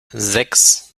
sechs